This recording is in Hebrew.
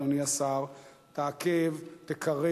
אדוני השר: תקרר,